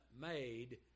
made